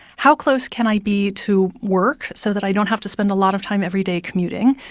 how close can i be to work so that i don't have to spend a lot of time every day commuting?